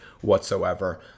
whatsoever